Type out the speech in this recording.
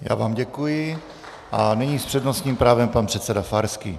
Já vám děkuji a nyní s přednostním právem pan předseda Farský.